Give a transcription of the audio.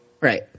Right